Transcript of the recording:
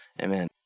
Amen